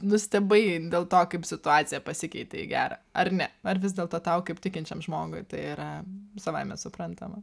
nustebai dėl to kaip situacija pasikeitė į gera ar ne ar vis dėlto tau kaip tikinčiam žmogui tai yra savaime suprantama